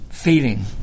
feeling